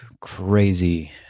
crazy